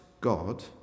God